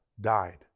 died